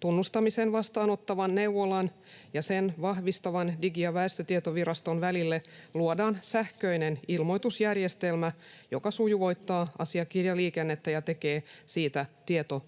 Tunnustamisen vastaanottavan neuvolan ja sen vahvistavan Digi- ja väestötietoviraston välille luodaan sähköinen ilmoitusjärjestelmä, joka sujuvoittaa asiakirjaliikennettä ja tekee siitä tietoturvallisemman.